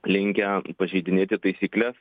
linkę pažeidinėti taisykles